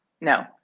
No